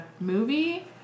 movie